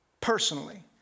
personally